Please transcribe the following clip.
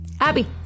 Abby